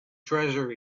treasure